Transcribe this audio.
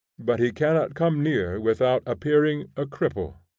but he cannot come near without appearing a cripple.